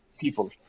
people